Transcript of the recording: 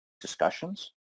discussions